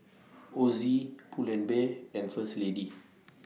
Ozi Pull and Bear and First Lady